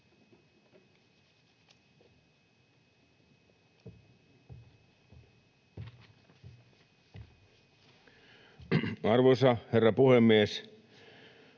Arvoisa herra puhemies!